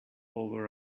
over